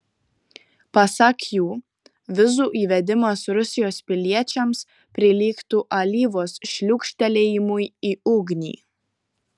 pasak jų vizų įvedimas rusijos piliečiams prilygtų alyvos šliūkštelėjimui į ugnį